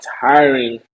tiring